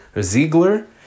Ziegler